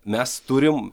mes turim